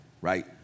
right